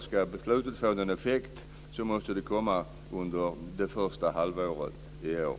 Ska beslutet få effekt måste det komma under det första halvåret i år.